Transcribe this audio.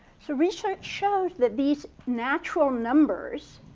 so research shows that these natural numbers,